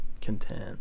content